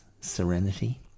serenity